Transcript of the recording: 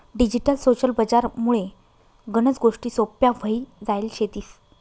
digital social बजार मुळे गनच गोष्टी सोप्प्या व्हई जायल शेतीस